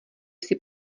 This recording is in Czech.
jsi